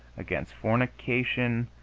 against fornication,